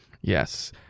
Yes